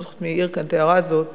אני לא זוכרת מי העיר כאן את ההערה הזאת,